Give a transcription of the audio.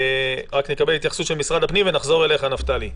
רק נקבל התייחסות של משרד הפנים ונחזור אליך נפתלי.